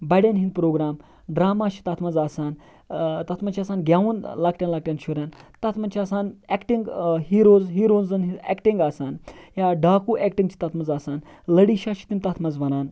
بَڈیٚن ہِنٛدۍ پروگرام برَہما چھِ تَتھ مَنٛز آسان تَتھ مَنٛز چھُ آسان گیٚوُن لَکٹیٚن لَکٹیٚن شُریٚن تَتھ مَنٛزچھُ آسان ایٚکٹِنٛگ ہیٖروز ہیٖروزَن ہِنٛز ایٚکٹِنٛگ آسان یا ڈاکوٗ ایٚکٹِنٛگ چھِ تَتھ مَنٛز آسان لڈی شاہ چھِ تِم تَتھ مَنٛز وَنان